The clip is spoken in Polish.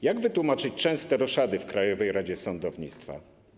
Jak wytłumaczyć częste roszady w Krajowej Radzie Sądownictwa?